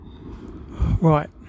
right